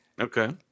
Okay